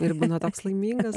ir būna toks laimingas